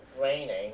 raining